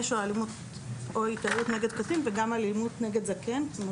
או התעללות נגד קטין וגם אלימות נגד זקן.